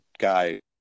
Guy